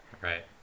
right